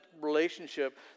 relationship